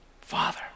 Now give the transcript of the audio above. Father